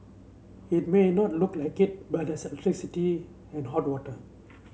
it may not look like it but electricity and hot water